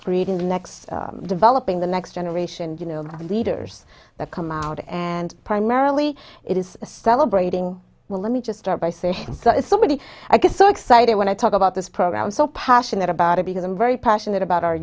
next developing the next generation of leaders that come out and primarily it is celebrating well let me just start by saying somebody i get so excited when i talk about this program so passionate about it because i'm very passionate about our